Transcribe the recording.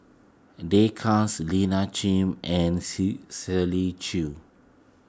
Day Kas Lina Chiam and Shirley Chew